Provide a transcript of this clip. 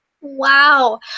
Wow